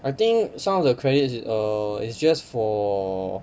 I think some of the credits is err is just for